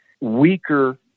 weaker